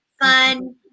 fun